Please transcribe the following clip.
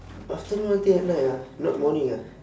afternoon until at night ah not morning ah